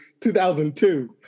2002